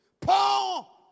Paul